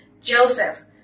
Joseph